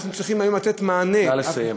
אנחנו צריכים היום לתת מענה, נא לסיים.